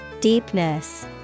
Deepness